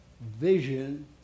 vision